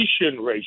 ratio